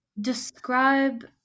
describe